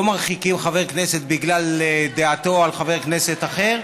לא מרחיקים חבר כנסת בגלל דעתו על חבר כנסת אחר.